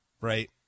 right